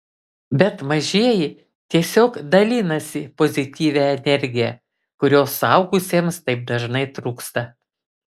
bet mažieji tiesiog dalinasi pozityvia energija kurios suaugusiems taip dažnai trūksta